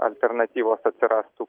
alternatyvos atsirastų